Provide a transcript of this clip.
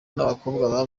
n’abakobwa